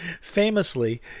famously